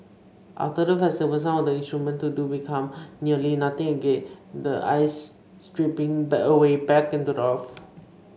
after the festival some of the instruments do become nearly nothing again the ice stripping but away back into the earth